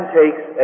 takes